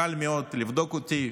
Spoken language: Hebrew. קל מאוד לבדוק אותי,